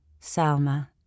Salma